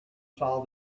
saw